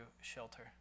shelter